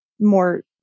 more